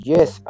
Yes